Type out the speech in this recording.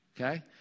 Okay